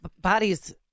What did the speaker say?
Bodies